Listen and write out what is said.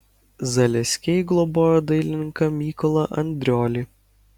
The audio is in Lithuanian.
zaleskiai globojo dailininką mykolą andriolį